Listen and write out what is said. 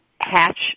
hatch